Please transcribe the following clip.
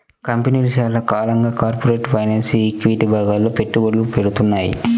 కంపెనీలు చాలా కాలంగా కార్పొరేట్ ఫైనాన్స్, ఈక్విటీ విభాగాల్లో పెట్టుబడులు పెడ్తున్నాయి